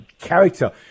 character